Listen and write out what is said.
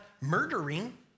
murdering